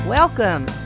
Welcome